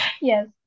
Yes